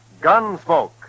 Gunsmoke